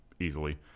Easily